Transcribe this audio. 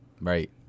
Right